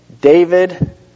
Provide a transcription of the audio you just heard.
David